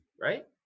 right